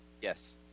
yes